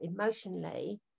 emotionally